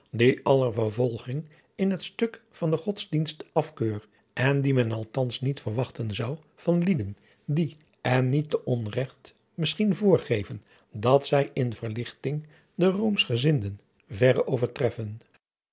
alle vervolging in het stnk van den godsdienst afkeur en die men althans niet verwachten zou van lieden die en niet te onregt misschien vooradriaan loosjes pzn het leven van hillegonda buisman geven dat zij in verlichting de roomschgezinden verre overtreffen